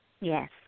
Yes